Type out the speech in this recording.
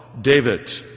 David